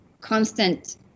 constant